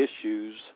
issues